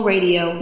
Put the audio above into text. radio